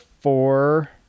four